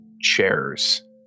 chairs